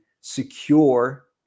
secure